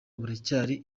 buracyari